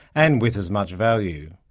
and with as much value.